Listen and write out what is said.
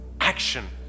action